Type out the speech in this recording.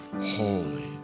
holy